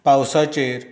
पावसाचेर